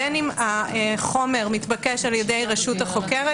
בין אם החומר מתבקש על ידי הרשות החוקרת